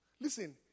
Listen